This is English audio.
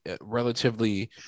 relatively